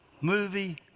movie